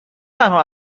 تنها